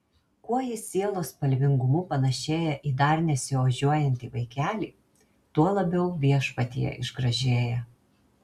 kuo jis sielos spalvingumu panašėja į dar nesiožiuojantį vaikelį tuo labiau viešpatyje išgražėja